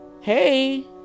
Hey